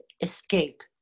escape